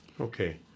Okay